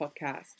podcast